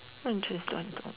what interest